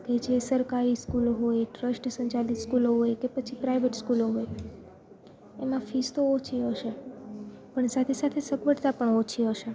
કે જે સરકારી સ્કૂલ હોય ટ્રસ્ટ સંચાલિત સ્કૂલ હોય કે પછી પ્રાઇવેટ સ્કૂલો હોય એમાં ફિસ તો ઓછી હશે પણ સાથે સાથે સગવડતા પણ ઓછી હશે